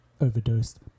Overdosed